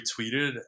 retweeted